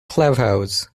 clubhouse